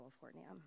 California